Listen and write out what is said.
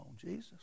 Jesus